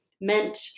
meant